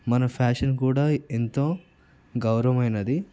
మన ఫ్యాషన్ కూడా ఎంతో గౌరవమైనది